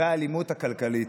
והאלימות הכלכלית,